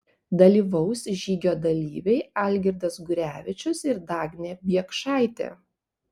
dalyvaus žygio dalyviai algirdas gurevičius ir dagnė biekšaitė